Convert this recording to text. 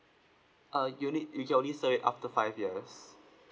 uh you need you can only sell it after five years